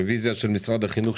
רביזיה של משרד החינוך,